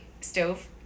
stove